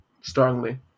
strongly